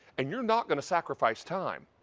and you're not going to sacrifice time.